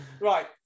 Right